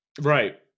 Right